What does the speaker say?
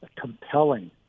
compelling